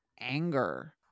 anger